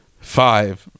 five